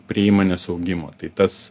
prie įmonės augimo tai tas